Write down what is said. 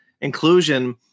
inclusion